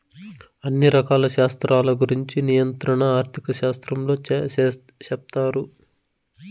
అన్ని రకాల శాస్త్రాల గురుంచి నియంత్రణ ఆర్థిక శాస్త్రంలో సెప్తారు